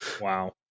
Wow